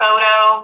photo